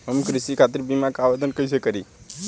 हम कृषि खातिर बीमा क आवेदन कइसे करि?